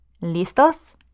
¿Listos